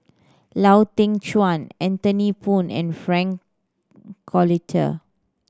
Lau Teng Chuan Anthony Poon and Frank Cloutier